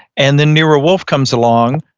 and then nero wolfe comes along,